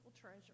treasure